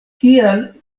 kial